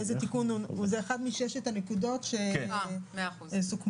זאת אחת משש הנקודות שסוכמו.